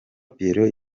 pierrot